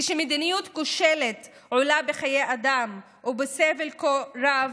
כשמדיניות כושלת עולה בחיי אדם ובסבל כה רב,